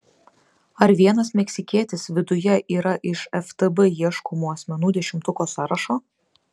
ar vienas meksikietis viduje yra iš ftb ieškomų asmenų dešimtuko sąrašo